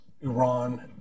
Iran